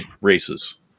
races